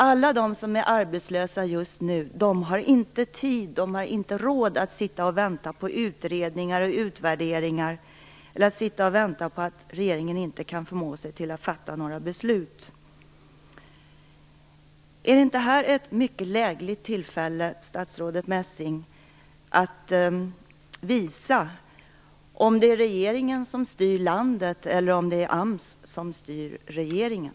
Alla som är arbetslösa just nu har inte tid och inte råd att sitta och vänta på utredningar, utvärderingar och på att regeringen inte kan förmå sig till att fatta några beslut. Är inte detta ett mycket lägligt tillfälle, statsrådet Messing, att visa om det är regeringen som styr landet eller om det är AMS som styr regeringen?